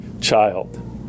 child